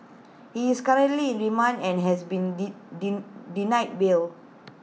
he is currently in remand and has been ding denied bail